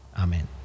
Amen